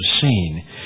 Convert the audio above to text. seen